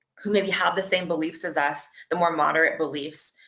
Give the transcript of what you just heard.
who maybe have the same beliefs as us, the more moderate beliefs,